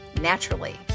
naturally